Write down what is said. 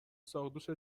ساقدوشت